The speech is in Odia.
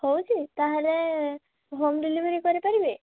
ହେଉଛି ତାହେଲେ ହୋମ୍ ଡେଲିଭରି କରିପାରିବେ